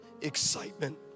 excitement